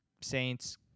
Saints